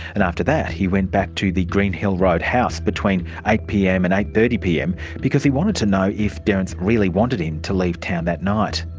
and after that he went back to the greenhill road house between eight pm and eight. thirty pm because he wanted to know if derrance really wanted him to leave town that night.